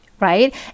Right